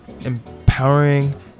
empowering